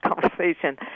conversation